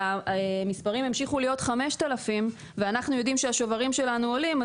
כשהמספרים ימשיכו להיות 5000 ואנחנו יודעים שהשוברים שלנו עולים,